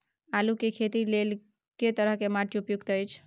आलू के खेती लेल के तरह के माटी उपयुक्त अछि?